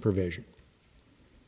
provision